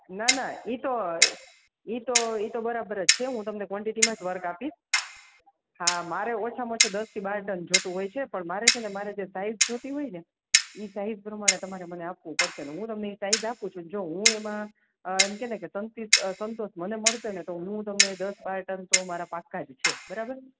ના ના ઇ તો ઇ તો ઇ તો બરાબર જ છે હું તો કોનટેટીમાં જ વર્ક આપીસ હા મારે ઓછામાં ઓછા દસથી બાર ટન જોતું હોય છે પણ મારે છેને મારે જે સાઈજ જોતી હોય ને ઇ સાઈજ પ્રમાણે તમારે મને આપવું પડસે અને હું તમને ઇ સાઈજ આપું છું જો હું એમા અ એમ કેને તનથી સંતોષ મળસે ને તો હું તમને દસ બાય ટન તો મારા પાકા જ છે બરાબર